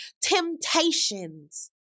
temptations